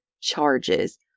charges